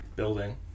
building